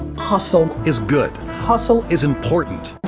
hustle. is good. hustle. is important.